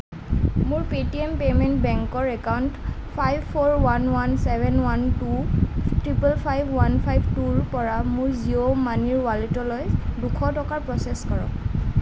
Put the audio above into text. মোৰ Paytm payment বেংকৰ account five four one one seven one two triple five five five one five টুৰ পৰা মোৰ জিঅ' মানিৰ ৱালেটলৈ দুশ টকা প্ৰচেছ কৰক